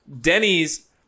Denny's